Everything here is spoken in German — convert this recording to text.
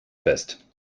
fest